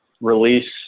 release